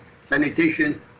sanitation